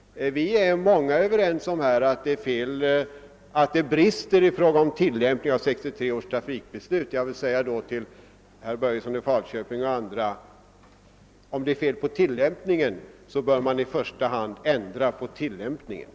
Många är överens om att det brister i fråga om tillämpningen av 1963 års trafikbeslut. Till herr Börjesson i Falköping och andra vill jag säga, att om det är fel på tillämpningen bör man i första hand ändra på denna.